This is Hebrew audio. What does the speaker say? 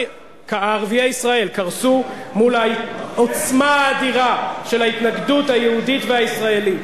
ערביי ישראל קרסו מול העוצמה האדירה של ההתנגדות היהודית והישראלית.